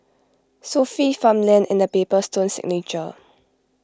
Sofy Farmland and the Paper Stone Signature